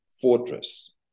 fortress